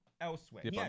elsewhere